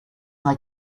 they